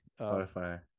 Spotify